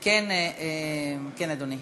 כן, אדוני.